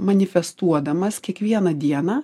manifestuodamas kiekvieną dieną